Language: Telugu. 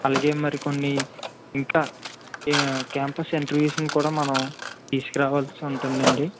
అలాగే మరి కొన్ని ఇంకా క్యాంపస్ ఇంటర్వూస్ని కూడా మనము తీసుకురావాల్సి ఉంటుంది అండి